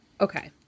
okay